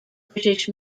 british